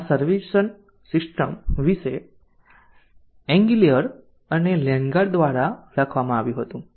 આ સર્વિક્શન સિસ્ટમ વિશે એઇગ્લિયર અને લેન્ગાર્ડ દ્વારા લખવામાં આવ્યું હતું